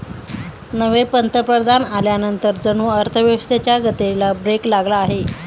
नवे पंतप्रधान आल्यानंतर जणू अर्थव्यवस्थेच्या गतीला ब्रेक लागला आहे